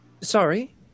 sorry